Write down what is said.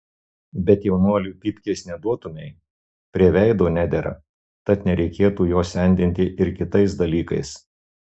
bet jaunuoliui pypkės neduotumei prie veido nedera tad nereikėtų jo sendinti ir kitais dalykais